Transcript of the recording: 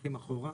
הולכים אחורה,